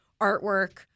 artwork